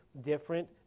different